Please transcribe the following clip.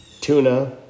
Tuna